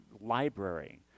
library